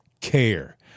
care